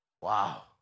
Wow